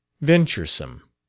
venturesome